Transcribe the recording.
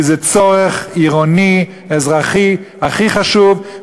כי זה צורך עירוני אזרחי הכי חשוב,